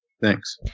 Thanks